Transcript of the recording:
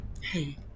hey